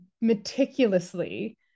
meticulously